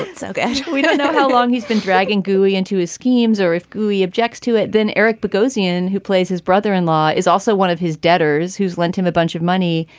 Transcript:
and so and yeah we don't know how long he's been dragging gooey into his schemes or if he objects to it. then eric bogosian, who plays his brother in law, is also one of his debtors who's lent him a bunch of money.